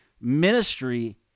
ministry